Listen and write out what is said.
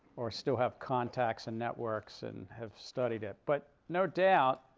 or still have contacts and networks and have studied it. but no doubt,